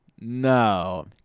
No